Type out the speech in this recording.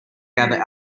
gather